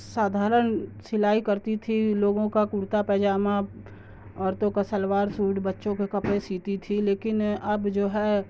سادھارن سلائی کرتی تھی لوگوں کا کرتا پاجامہ عورتوں کا سلوار سوٹ بچوں کے کپڑے سیتی تھی لیکن اب جو ہے